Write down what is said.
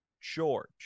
George